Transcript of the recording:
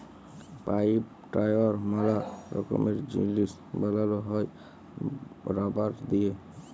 pipe, tyre ম্যালা রকমের জিনিস বানানো হ্যয় রাবার দিয়ে